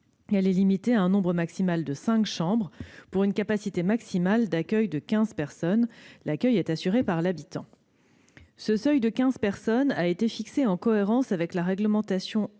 Elle est limitée à un nombre maximal de cinq chambres pour une capacité maximale d'accueil de quinze personnes. L'accueil est assuré par l'habitant. » Ce seuil de quinze personnes a été fixé en cohérence avec la réglementation